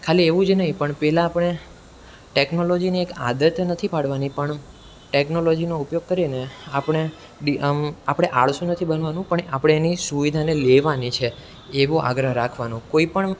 ખાલી એવું જ નહીં પણ પહેલાં આપણે ટેકનોલોજીની એક આદત નથી પાડવાની પણ ટેકનોલોજીનો ઉપયોગ કરીને આપણે આપણે આળસુ નથી બનવાનું પણ એ આપણે એની સુવિધાને લેવાની છે એવો આગ્રહ રાખવાનો કોઈપણ